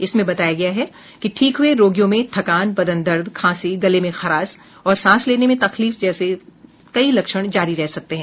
इसमें बताया गया है कि ठीक हुए रोगियों में थकान बदन दर्द खांसी गले में खराश और सांस लेने में तकलीफ जैसे कई लक्षण जारी रह सकते हैं